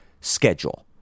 schedule